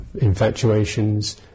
infatuations